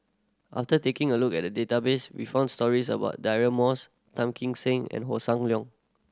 after taking a look at the database we found stories about Moss Tan Kim Seng and Hossan Leong